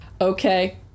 Okay